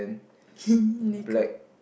naked